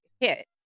hit